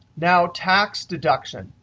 now, tax deduction.